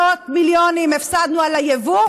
מאות מיליונים הפסדנו על היבוא.